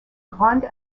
grande